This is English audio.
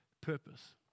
purpose